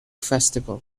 festival